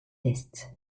est